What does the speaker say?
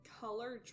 color